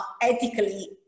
ethically